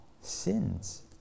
sins